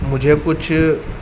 مجھے کچھ